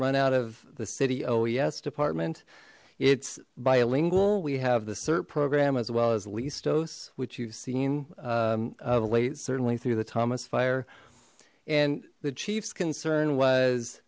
run out of the city oes department its bilingual we have the cert program as well as lease dos which you've seen of late certainly through the thomas fire and the chiefs concern was